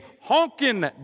honking